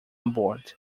aboard